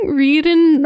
reading